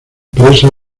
presa